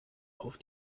auf